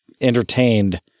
entertained